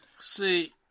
See